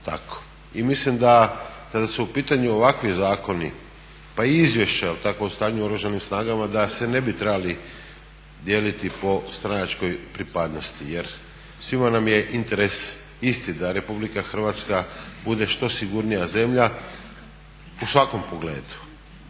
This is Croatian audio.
I mislim da kada su u pitanju ovakvi zakoni pa i izvješća jel takvo stanje u Oružanim snagama da se ne bi trebali dijeliti po stranačkoj pripadnosti jer svima nam je interes isti da RH bude što sigurnija zemlja u svakom pogledu.